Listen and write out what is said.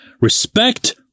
respect